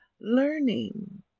learning